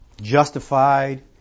justified